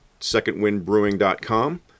secondwindbrewing.com